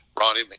Ronnie